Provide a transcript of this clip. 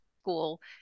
school